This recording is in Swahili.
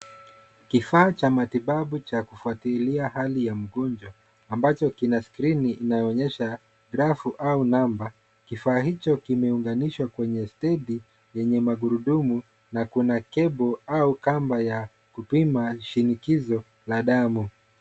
Kifaa cha matibabu cha kufuatilia hali ya mgonjwa ambacho kina skrini inayoonyesha rafu au namba. Kifaa hicho kimeunganishwa kwenye stedi yenye magurudumu na kuna cable au kamba ya kupima shinikizo la damu.